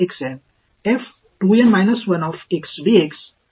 எனவே இந்த ஒருங்கிணைப்பு முதல் வெளிப்பாட்டிற்கு 0 க்குச் செல்கிறது